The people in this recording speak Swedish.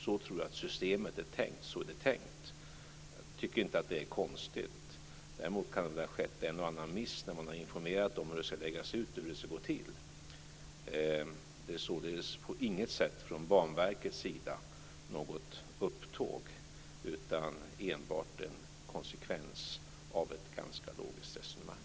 Så är systemet tänkt. Det är inte konstigt. Däremot kan det ha skett en och annan miss när man har informerat om hur det ska läggas ut och hur det ska gå till. Det är således på inget sätt ett upptåg från Banverkets sida utan enbart en konsekvens av ett ganska logiskt resonemang.